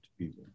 people